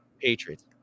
Patriots